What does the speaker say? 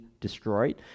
destroyed